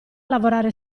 lavorare